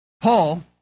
Paul